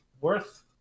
worth